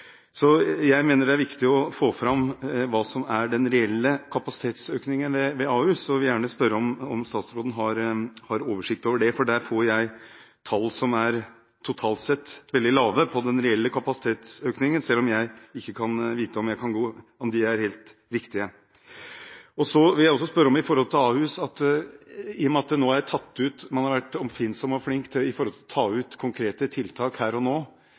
Jeg mener det er viktig å få fram hva som er den reelle kapasitetsøkningen ved Ahus, og vil gjerne spørre om statsråden har oversikt over dette. Her har jeg tall som totalt sett er veldig lave når det gjelder den reelle kapasitetsøkningen, og jeg vet ikke om de er helt riktige. Så vil jeg spørre videre om Ahus: I og med at man har vært oppfinnsom og flink til å finne konkrete tiltak her og nå – har lett etter dem – vil man